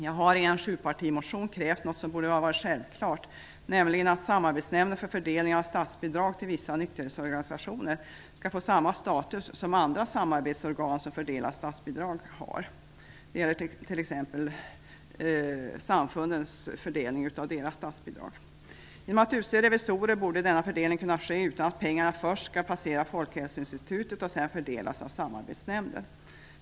Jag har i en sjupartimotion krävt något som borde ha varit självklart, nämligen att Samarbetsnämnden för fördelning av statsbidrag till vissa nykterhetsorganisationer skall få samma status som andra samarbetsorgan som fördelar statsbidrag. Det gäller t.ex. samfundens fördelning av deras statsbidrag. Genom att revisorer finns utsedda borde denna fördelning kunna ske utan att pengarna först skall passera Folkhälsoinstitutet och sedan fördelas av samarbetsnämnden.